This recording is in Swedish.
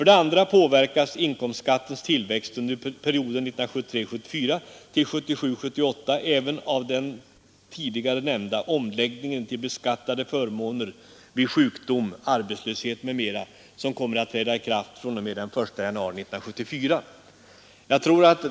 Det finns väl ingen anledning att förvånas, utan vi har bara att kallt registrera att centern skrivit under på att man anser detta vara huvudfrågorna under resten av 1970-talet.